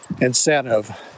incentive